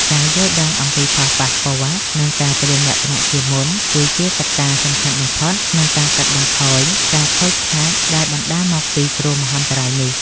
ការយល់ដឹងអំពីផលប៉ះពាល់ និងការត្រៀមលក្ខណៈជាមុន គឺជាកត្តាសំខាន់បំផុតក្នុងការកាត់បន្ថយការខូចខាតដែលបណ្ដាលមកពីគ្រោះមហន្តរាយនេះ។